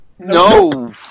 No